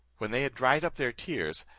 when they had dried up their tears,